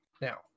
Now